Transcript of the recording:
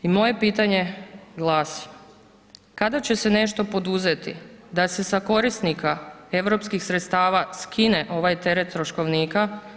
I moje pitanje glasi, kada će se nešto poduzeti da se sa korisnika EU sredstava skine ovaj teret troškovnika?